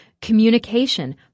communication